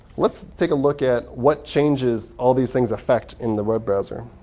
let's take a look at what changes all these things affect in the web browser.